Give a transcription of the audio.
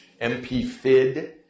MPFID